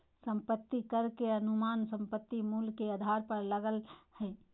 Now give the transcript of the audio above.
संपत्ति कर के अनुमान संपत्ति मूल्य के आधार पर लगय हइ